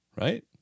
right